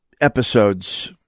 episodes